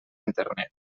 internet